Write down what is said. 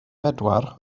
bedwar